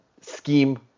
scheme